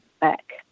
back